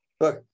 Look